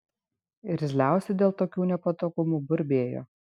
irzliausi dėl tokių nepatogumų burbėjo